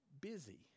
busy